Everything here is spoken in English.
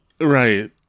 Right